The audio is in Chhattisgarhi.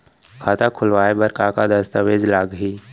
खाता खोलवाय बर का का दस्तावेज लागही?